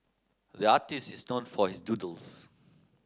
the artist is known for his doodles